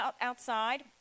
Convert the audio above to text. outside